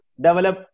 Develop